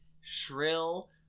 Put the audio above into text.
Shrill